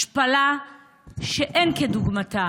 השפלה שאין כדוגמתה.